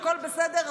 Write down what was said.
הכול בסדר,